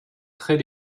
très